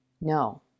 No